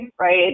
right